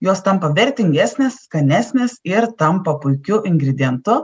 jos tampa vertingesnės skanesnės ir tampa puikiu ingredientu